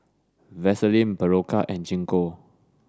Vaselin Berocca and Gingko